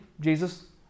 Jesus